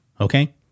Okay